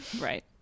Right